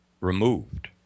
removed